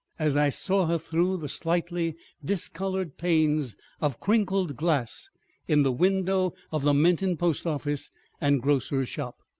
as i saw her through the slightly discolored panes of crinkled glass in the window of the menton post-office and grocer's shop.